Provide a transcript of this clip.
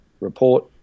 report